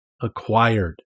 acquired